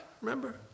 Remember